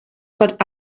what